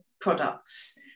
products